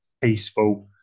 peaceful